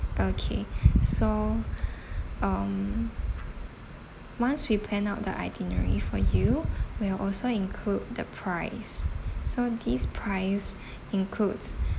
okay so um once we plan out the itinerary for you we'll also include the price so these price includes